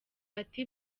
ati